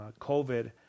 COVID